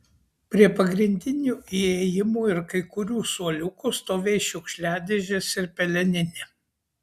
prie pagrindinių įėjimų ir kai kurių suoliukų stovės šiukšliadėžės ir peleninė